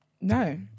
no